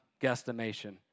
guesstimation